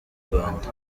rwanda